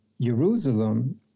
Jerusalem